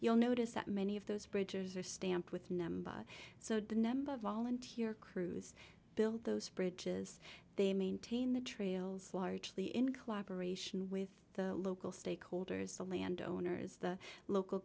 you'll notice that many of those bridges are stamped with numbers so the number of volunteer crews build those bridges they maintain the trails largely in collaboration with the local stakeholders the landowners the local